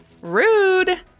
Rude